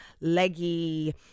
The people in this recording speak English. leggy